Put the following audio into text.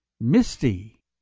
Misty